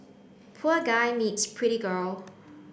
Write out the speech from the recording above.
poor guy meets pretty girl